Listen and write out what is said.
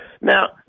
Now